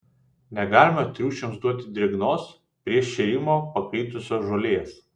negalima triušiams duoti drėgnos prieš šėrimą pakaitusios žolės